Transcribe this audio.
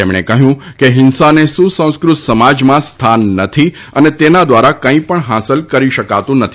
તેમણે કહ્યું કે હિંસાને સુસંસ્કૃત સમાજમાં સ્થાન નથી અને તેના દ્વારા કાંઇ પણ હાંસલ કરી શકાતું નથી